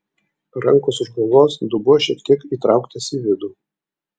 rankos už galvos dubuo šiek tiek įtrauktas į vidų